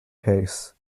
case